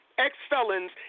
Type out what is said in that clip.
ex-felons